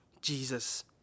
Jesus